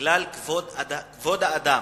בגלל כבוד האדם.